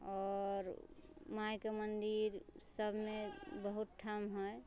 आओर मायके मन्दिर सबमे बहुत ठम हय